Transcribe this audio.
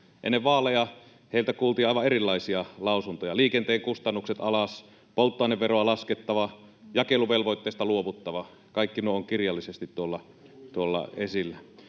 Ennen vaaleja heiltä kuultiin aivan erilaisia lausuntoja: liikenteen kustannukset alas, polttoaineveroa laskettava, jakeluvelvoitteesta luovuttava. Kaikki nuo ovat kirjallisesti tuolla esillä.